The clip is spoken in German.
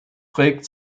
trägt